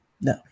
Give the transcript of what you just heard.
no